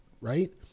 right